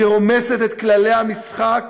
שרומסת את כללי המשחק